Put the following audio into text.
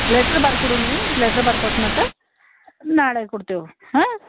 letter ಬರ್ಕೋಡು ನೀ letter ಬರ್ಕೊಟ್ಟ ಮ್ಯಾಕೆ ನಾಳೆ ಕೊಡ್ತೀವಿ ಹಾಂ